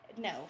No